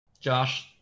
Josh